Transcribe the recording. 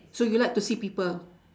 so you like to see people